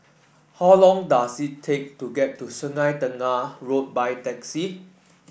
how long does it take to get to Sungei Tengah Road by taxi